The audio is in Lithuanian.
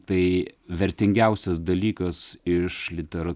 tai vertingiausias dalykas iš literat